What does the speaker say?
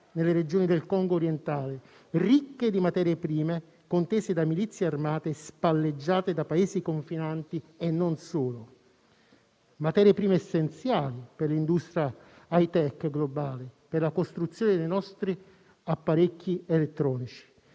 nelle regioni del Congo orientale, ricche di materie prime contese da milizie armate spalleggiate da Paesi confinanti e non solo. Materie prime essenziali per l'industria *high-tech* globale, per la costruzione dei nostri apparecchi elettronici.